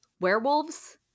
werewolves